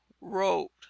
wrote